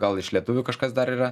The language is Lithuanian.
gal iš lietuvių kažkas dar yra